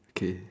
okay